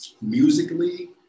musically